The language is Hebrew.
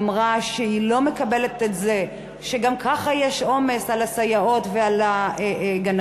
אמרה שהיא לא מקבלת את זה ש"גם ככה יש עומס על הסייעות ועל הגננות".